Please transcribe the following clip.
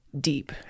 deep